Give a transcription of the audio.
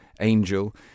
angel